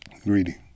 Greedy